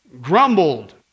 Grumbled